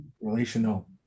relational